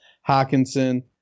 Hawkinson